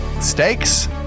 stakes